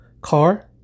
car